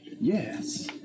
Yes